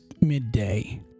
midday